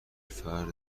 فرد